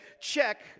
Check